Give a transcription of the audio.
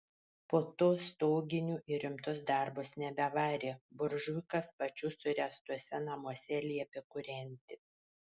po to stoginių į rimtus darbus nebevarė buržuikas pačių suręstuose namuose liepė kūrenti